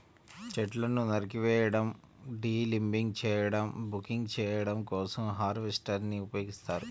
చెట్లను నరికివేయడం, డీలింబింగ్ చేయడం, బకింగ్ చేయడం కోసం హార్వెస్టర్ ని ఉపయోగిస్తారు